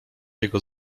jego